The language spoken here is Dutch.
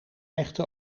echte